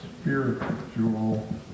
spiritual